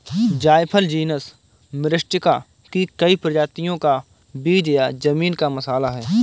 जायफल genus Myristica की कई प्रजातियों का बीज या जमीन का मसाला है